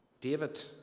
David